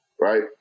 Right